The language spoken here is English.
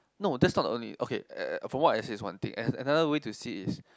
no that's not the only okay uh from what I say is one thing and another way to see is